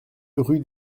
rue